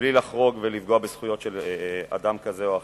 מבלי לחרוג ולפגוע בזכויות של אדם כזה או אחר.